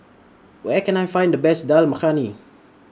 Where Can I Find The Best Dal Makhani